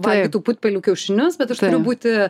valgytų putpelių kiaušinius bet aš turiu būti